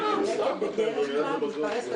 מה שאומר שאין שכר לשלם.